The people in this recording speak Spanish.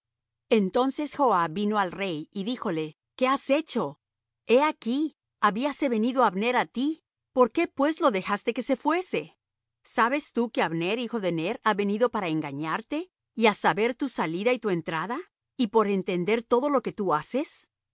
entonces joab vino al rey y díjole qué has hecho he aquí habíase venido abner á ti por qué pues lo dejaste que se fuése sabes tú que abner hijo de ner ha venido para engañarte y á saber tu salida y tu entrada y por entender todo lo que tú haces